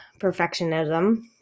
perfectionism